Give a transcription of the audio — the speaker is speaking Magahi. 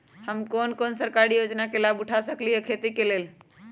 हम कोन कोन सरकारी योजना के लाभ उठा सकली ह खेती के लेल?